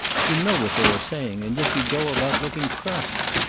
you know what they are saying, and yet you go about looking crushed.